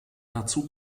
dazu